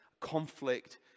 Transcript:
conflict